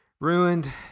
Ruined